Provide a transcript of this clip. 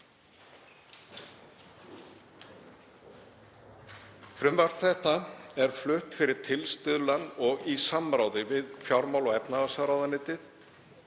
Frumvarp þetta er flutt fyrir tilstuðlan og í samráði við fjármála- og efnahagsráðuneytið